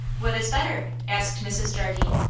what is better? asked mrs. jardine.